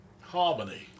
Harmony